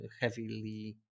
heavily